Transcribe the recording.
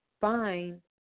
fine